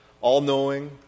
all-knowing